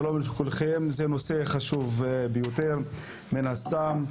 שלום לכולכם, זה נושא חשוב ביותר מן הסתם.